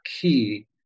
key